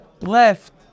left